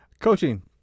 Coaching